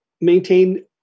maintain